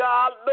God